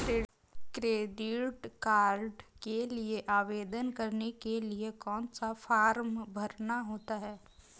Credit card के लिए आवेदन करने के लिए कौन सा फॉर्म भरना होता है?